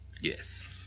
Yes